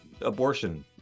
abortion